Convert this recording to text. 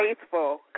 faithful